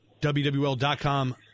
WWL.com